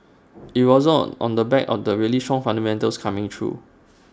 IT wasn't on the back of the really strong fundamentals coming through